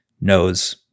knows